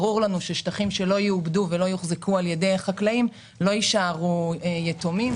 ברור לנו ששטחים שלא יעובדו ולא יוחזקו על ידי חקלאים לא יישארו יתומים,